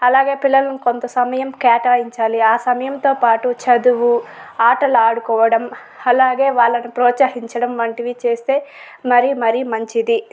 అలాగే పిల్లలను కొంత సమయం కేటాయించాలి ఆ సమయంతో పాటు చదువు ఆటలు ఆడుకోవడం అలాగే వాళ్ళని ప్రోత్సహించడం వంటివి చేస్తే మరి మరీ మంచిది